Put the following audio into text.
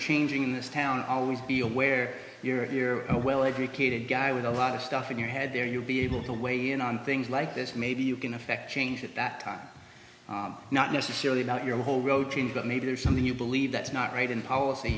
changing in this town always be aware you're a well educated guy with a lot of stuff in your head there you'll be able to weigh in on things like this maybe you can affect change at that time not necessarily not your whole road change but need to do something you believe that's not right in policy